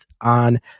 on